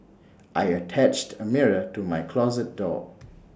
I attached A mirror to my closet door